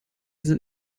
sind